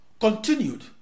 continued